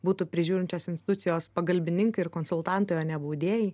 būtų prižiūrinčios institucijos pagalbininkai ir konsultantai o ne baudėjai